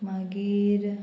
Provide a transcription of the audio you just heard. मागीर